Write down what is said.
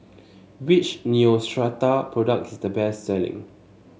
which Neostrata product is the best selling